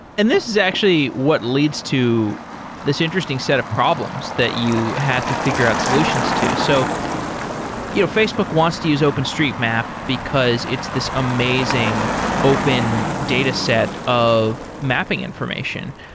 and this is actually what leads to these interesting set of problems that you had to figure out solutions to. so you know facebook wants to use openstreetmap because it's this amazing open dataset of mapping information.